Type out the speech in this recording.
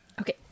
Okay